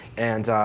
and,